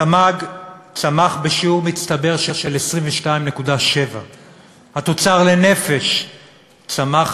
התמ"ג צמח בשיעור מצטבר של 22.7%. התוצר לנפש צמח